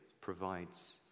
provides